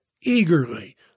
eagerly